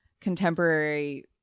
contemporary